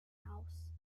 house